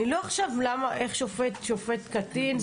אני לא עכשיו: איך שופט שופט קטין.